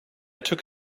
took